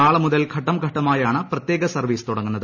നാളെ മുതൽ ഘട്ടംഘട്ടമായാണ് പ്രത്യേക സർവ്വീസ് തുടങ്ങുന്നത്